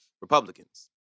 Republicans